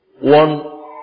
one